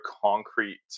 concrete